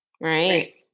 Right